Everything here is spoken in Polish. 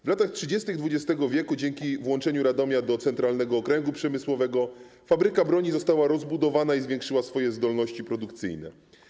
W latach 30. XX w. dzięki włączeniu Radomia do Centralnego Okręgu Przemysłowego fabryka broni została rozbudowana i zwiększyła swoje zdolności produkcyjne.